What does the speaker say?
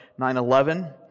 9-11